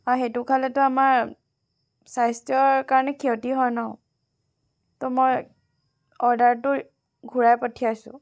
আৰু সেইটো খালেতো আমাৰ স্বাস্থ্যৰ কাৰণে ক্ষতি হয় নহ্ ত' মই অৰ্ডাৰটো ঘূৰাই পঠিয়াইছোঁ